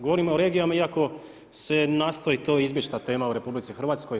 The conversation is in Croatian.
Govorimo o regijama iako se nastoji to izbjeć ta tema u RH.